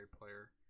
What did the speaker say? player